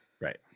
Right